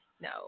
No